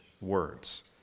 words